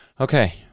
Okay